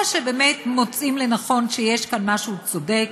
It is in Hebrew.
או שבאמת מוצאים שיש כאן משהו צודק,